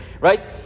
Right